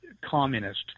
communist